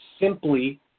simply